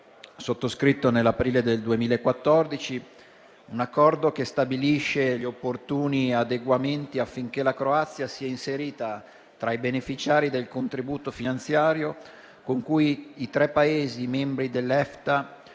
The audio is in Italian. sottoscritto nell'aprile del 2014. Un Accordo che stabilisce gli opportuni adeguamenti affinché la Croazia sia inserita tra i beneficiari del contributo finanziario con cui i tre Paesi membri dell'EFTA